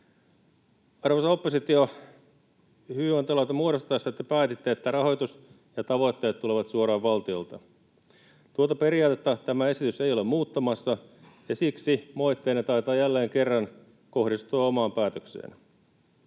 Arvoisa oppositio, hyvinvointialueita muodostettaessa te päätitte, että rahoitus ja tavoitteet tulevat suoraan valtiolta. Tuota periaatetta tämä esitys ei ole muuttamassa, ja siksi moitteenne taitaa jälleen kerran kohdistua omaan päätökseenne.